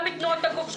גם מתנועות הגוף שלך,